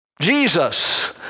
Jesus